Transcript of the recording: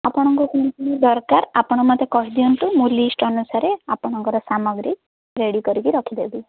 ଆପଣଙ୍କୁ କ'ଣ କ'ଣ ଦରକାର ଆପଣ ମୋତେ କହିଦିଅନ୍ତୁ ମୁଁ ଲିଷ୍ଟ ଅନୁସାରରେ ଆପଣଙ୍କର ସାମଗ୍ରୀ ରେଡ଼ି କରିକି ରଖିଦେବି